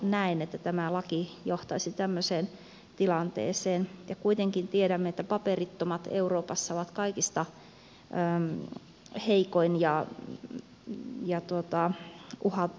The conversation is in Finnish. näen että tämä laki johtaisi tällä tavalla tämmöiseen tilanteeseen ja kuitenkin tiedämme että paperittomat euroopassa ovat kaikista heikoin ja uhatuin joukko